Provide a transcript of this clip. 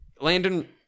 Landon